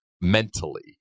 mentally